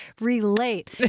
relate